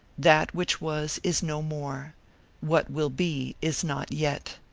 that which was is no more what will be, is not yet.